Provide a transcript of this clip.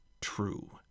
true